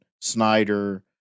Snyder